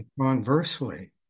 Conversely